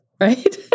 right